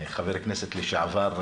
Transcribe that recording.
חבר כנסת לשעבר,